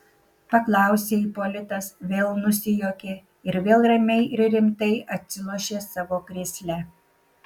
paklausė ipolitas vėl nusijuokė ir vėl ramiai ir rimtai atsilošė savo krėsle